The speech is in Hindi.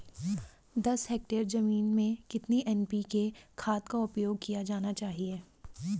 दस हेक्टेयर जमीन में कितनी एन.पी.के खाद का उपयोग किया जाना चाहिए?